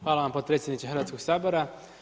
Hvala vam potpredsjedniče Hrvatskog sabora.